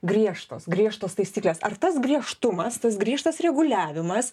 griežtos griežtos taisyklės ar tas griežtumas tas griežtas reguliavimas